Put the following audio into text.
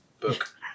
book